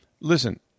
Listen